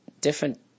different